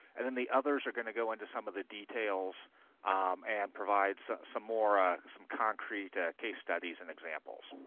and then the others are going to go into some of the details and provide so some more ah concrete ah case studies and examples.